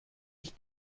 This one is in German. ich